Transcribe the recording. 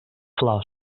flors